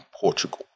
Portugal